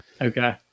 Okay